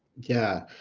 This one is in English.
yeah,